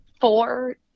four